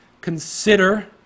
Consider